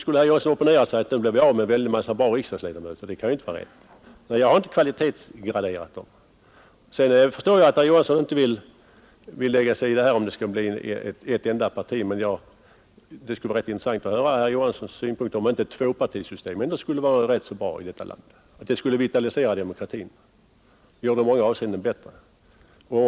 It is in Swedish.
Skulle vi alltså då ha opponerat oss därför att vi därigenom blev av med en del bra riksdagsledamöter? Det kan ju inte vara rätt. Men jag har inte kvalitetsgraderat ledamöterna. Jag förstår att herr Johansson inte vill lägga sig i diskussionen om att slå ihop de borgerliga partierna till ett enda parti. Men det skulle vara intressant att höra om inte herr Johansson ändå tycker att det skulle vara bra med ett tvåpartisystem i detta land. Det skulle vitalisera demokratin och göra den bättre i många avseenden.